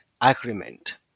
agreement